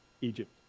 Egypt